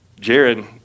Jaron